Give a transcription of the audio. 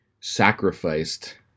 sacrificed